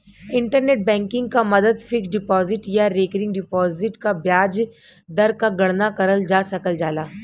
internet banking क मदद fixed deposit या रेकरिंग डिपाजिट क ब्याज दर क गणना करल जा सकल जाला